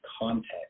context